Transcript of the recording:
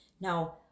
now